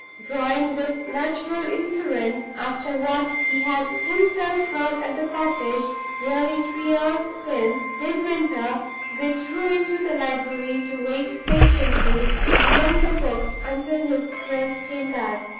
drawing this natural inference, after what he had himself heard at the cottage nearly three hours since, midwinter withdrew into the library to wait patiently among the books until his friend came back.